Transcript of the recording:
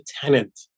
tenant